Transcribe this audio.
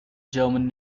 german